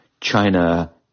China